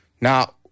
Now